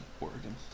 Oregon